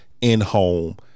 in-home